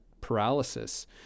paralysis